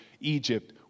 Egypt